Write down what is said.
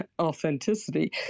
authenticity